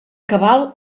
cabal